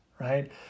right